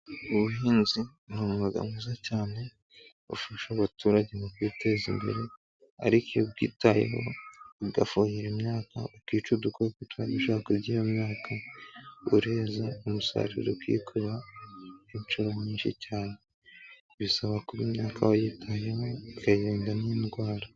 Ubuhinzi ni umwuga mwiza cyane ufasha abaturage mu kwiteza imbere, ariko iyo ubyitayeho ugafuhira imyaka, ukica udukoko tuba dushaka kurya iyo mwaka, ureza umusaruro ukikuba inshuro nyinshi cyane, bisaba kuba imyaka wayitayeho ukarinda n'indwara.